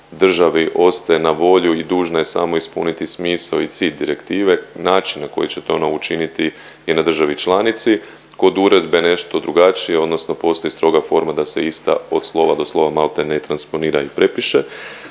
državi ostaje na volju i dužna je samo ispuniti smisao i cilj direktive. Način na koji će to ona učiniti je na državi članici. Kod uredbe nešto drugačije, odnosno postoji stroga forma da se ista od slova do slova maltene transponira i prepiše,